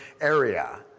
area